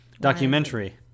documentary